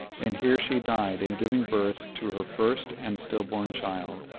and here she died in giving birth to her first and stillborn child.